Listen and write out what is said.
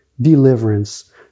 deliverance